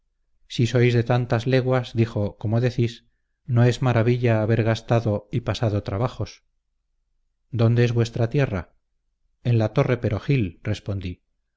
si sois de tantas leguas dijo como decís no es maravilla haber gastado y pasado trabajos dónde es vuestra tierra en la torre pero gil respondí